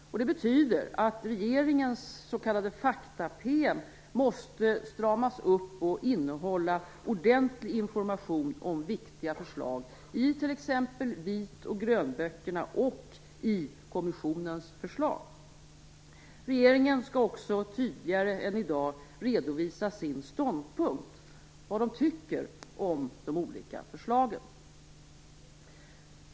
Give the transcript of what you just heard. Det betyder att regeringens s.k. fakta PM måste stramas upp och innehålla ordentlig information om viktiga förslag i t.ex. vit och grönböckerna och om viktiga punkter i kommissionens förslag. Regeringen skall också tidigare än i dag redovisa sin ståndpunkt, vad den tycker om de olika förslagen.